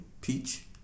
Peach